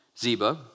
Ziba